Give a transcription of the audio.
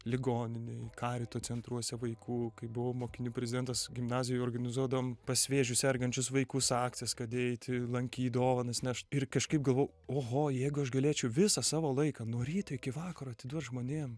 ligoninėj karito centruose vaikų kai buvau mokinių prezidentas gimnazijoj organizuodavom pas vėžiu sergančius vaikus akcijas kad eiti lankyt dovanas nešt ir kažkaip galvojau oho jeigu aš galėčiau visą savo laiką nuo ryto iki vakaro atiduot žmonėm